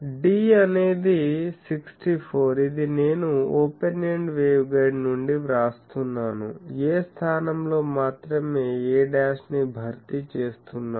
D అనేది 64 ఇది నేను ఓపెన్ ఎండ్ వేవ్గైడ్ నుండి వ్రాస్తున్నాను a స్థానంలో మాత్రమే a'ని భర్తీ చేస్తున్నాను